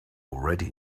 already